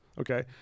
Okay